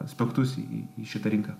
aspektus į į šitą rinką